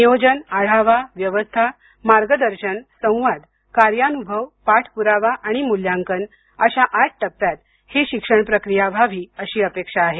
नियोजन आढावा व्यवस्था मार्गदर्शन संवाद कार्यानुभव पाठपुरावा आणि मूल्यांकन अशा आठ टप्प्यात ही शिक्षण प्रक्रिया व्हावी अशी अपेक्षा आहे